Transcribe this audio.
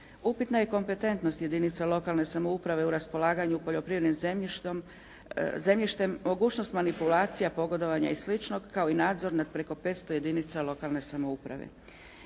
Upitna je kompetentnost jedinica lokalne samouprave u raspolaganju poljoprivrednim zemljištem, mogućnost manipulacija, pogodovanja i slično kao i nadzor nad preko 500 jedinica lokalne samouprave.